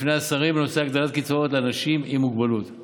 בנושא הגדלת קצבאות לאנשים עם מוגבלות והצגתן בפני השרים.